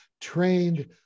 trained